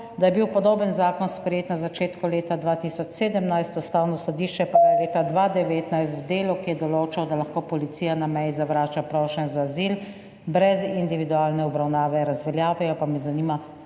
da je bil podoben zakon sprejet na začetku leta 2017, Ustavno sodišče pa ga je leta 2019 v delu, ki je določal, da lahko policija na meji zavrača prošnje za azil, brez individualne obravnave razveljavilo.